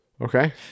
Okay